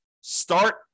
Start